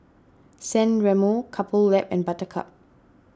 San Remo Couple Lab and Buttercup